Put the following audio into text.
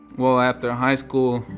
well, after high school,